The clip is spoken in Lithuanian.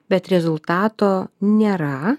bet rezultato nėra